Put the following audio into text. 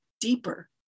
deeper